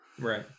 right